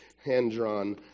hand-drawn